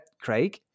Craig